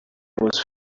was